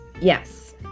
Yes